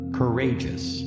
courageous